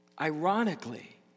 ironically